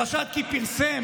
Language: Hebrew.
בחשד כי פרסם